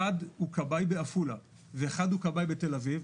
אחד הוא כבאי בעפולה ואחד הוא כבאי בתל אביב,